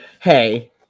Hey